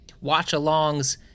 watch-alongs